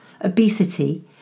obesity